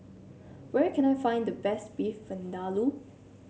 where can I find the best Beef Vindaloo